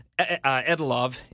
Edelov